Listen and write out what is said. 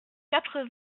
quatre